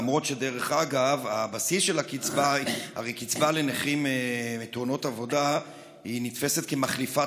למרות שקצבה לנכים מתאונות עבודה נתפסת כמחליפת